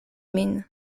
min